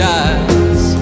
eyes